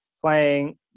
playing